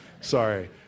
Sorry